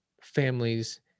families